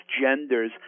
genders